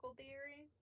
theory